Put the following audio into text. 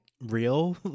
real